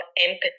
empathy